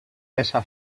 essa